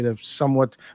somewhat